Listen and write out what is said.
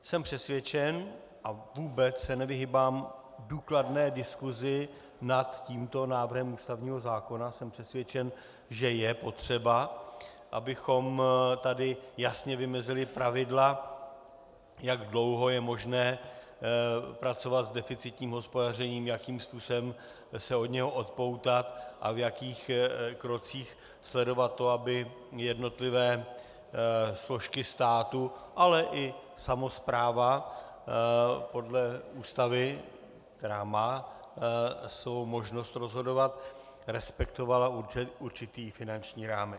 Jsem přesvědčen, a vůbec se nevyhýbám důkladné diskusi nad tímto návrhem ústavního zákona, jsem přesvědčen, že je potřeba, abychom tady jasně vymezili pravidla, jak dlouho je možné pracovat s deficitním hospodařením, jakým způsobem se od něj odpoutat a v jakých krocích sledovat to, aby jednotlivé složky státu, ale i samospráva podle Ústavy, která má svou možnost rozhodovat, respektovaly určitý finanční rámec.